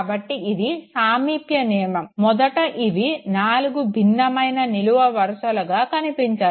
కాబట్టి ఇది సామీప్య నియమం మొదట ఇవి నాలుగు భిన్నమైన నిలువు వరుసలుగా కనిపించాయి